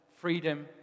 freedom